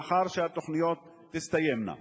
לאחר שהתוכניות תסתיימנה.